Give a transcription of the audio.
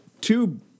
two